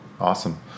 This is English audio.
awesome